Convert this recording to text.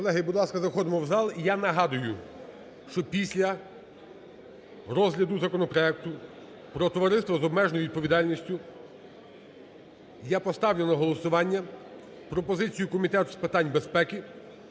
Колеги, будь ласка, заходимо в зал. Я нагадую, що після розгляду законопроекту про товариство з обмеженою відповідальністю, я поставлю на голосування пропозицію Комітету з питань безпеки